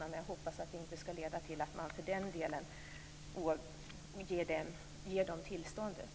Jag hoppas att det inte skall leda till att de därför får tillståndet.